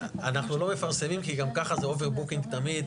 אנחנו לא מפרסמים כי גם ככה זה אובר בוקינג תמיד.